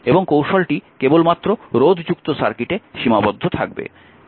এবং কৌশলটি কেবলমাত্র রোধ যুক্ত সার্কিটে সীমাবদ্ধ থাকবে